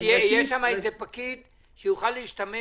יש שם איזה פקיד שיוכל להשתמש